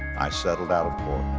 i settled out of